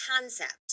concept